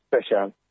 special